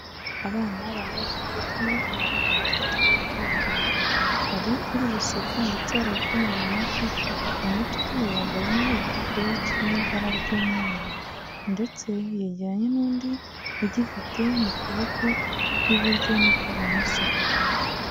Abana bambaye udupi twamaboko magufiri dufite ibara ry'umuhondo, hari uri guseka ndetse arabuvuma mu mashyi mu mutwe we yambayemo igipapuro kirimo ibara ry'umweru, ndetse yegeranye n'undi ugifite mu kuboko kw'iburyo n'uw'ibumoso.